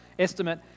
estimate